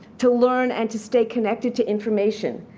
to learn and to stay connected to information?